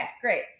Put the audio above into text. Great